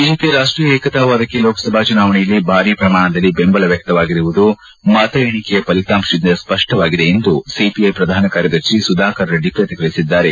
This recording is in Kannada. ಬಿಜೆಪಿಯ ರಾಷ್ಷೀಯ ಏಕತಾ ವಾದಕ್ಕೆ ಲೋಕಸಭಾ ಚುನಾವಣೆಯಲ್ಲಿ ಭಾರಿ ಪ್ರಮಾಣದಲ್ಲಿ ದೆಂಬಲ ವ್ಯಕ್ತವಾಗಿರುವುದು ಮತ ಎಣಿಕೆಯ ಫಲಿತಾಂಶದಿಂದ ಸ್ವಷ್ಟವಾಗಿದೆ ಎಂದು ಸಿಪಿಐ ಪ್ರಧಾನ ಕಾರ್ಯದರ್ಶಿ ಸುಧಾಕರ್ ರೆಡ್ಡಿ ಪ್ರತಿಕ್ರಿಯಿಸಿದ್ದಾರೆ